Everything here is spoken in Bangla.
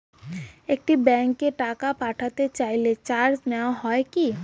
একই ব্যাংকে টাকা পাঠাতে চাইলে চার্জ নেওয়া হয় কি?